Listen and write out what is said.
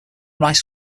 rice